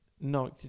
No